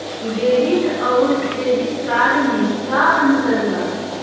Debit आउर credit card मे का अंतर बा?